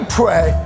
pray